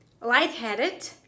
lightheaded